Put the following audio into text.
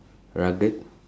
rugged